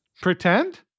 Pretend